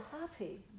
happy